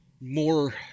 more